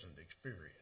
experience